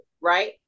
right